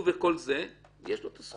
יש לו את הזכות.